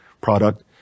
product